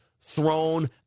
thrown